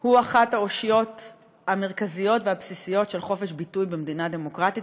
הוא אחת האושיות המרכזיות והבסיסיות של חופש ביטוי במדינה דמוקרטית,